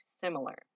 similar